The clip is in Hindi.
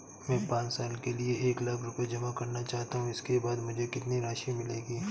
मैं पाँच साल के लिए एक लाख रूपए जमा करना चाहता हूँ इसके बाद मुझे कितनी राशि मिलेगी?